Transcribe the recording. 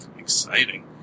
exciting